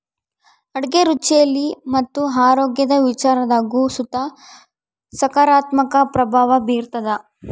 ಅಡುಗೆ ರುಚಿಯಲ್ಲಿ ಮತ್ತು ಆರೋಗ್ಯದ ವಿಚಾರದಾಗು ಸುತ ಸಕಾರಾತ್ಮಕ ಪ್ರಭಾವ ಬೀರ್ತಾದ